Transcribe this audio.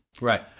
Right